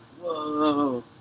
Whoa